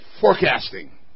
forecasting